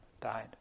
died